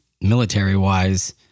military-wise